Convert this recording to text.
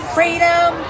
Freedom